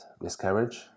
miscarriage